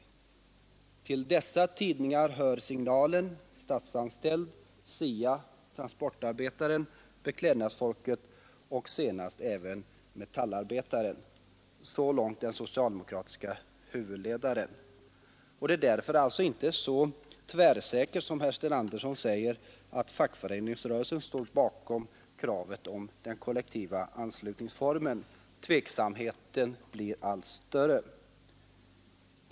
Till dessa tidningar hög Signalen, Statsanställd, SIA, Transportarbetaren, Beklädnadsfolket och senast även Metallarbetaren.” Det är alltså inte så tvärsäkert, som Sten Andersson säger, att fackföreningsrörelsen står bakom kravet på den kollektiva anslutningsformen. Tveksamheten blir allt större.